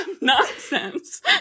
nonsense